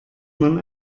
man